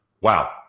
Wow